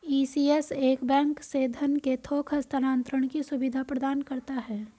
ECS एक bank से धन के थोक हस्तांतरण की सुविधा प्रदान करता है